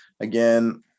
Again